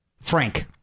Frank